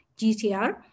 GCR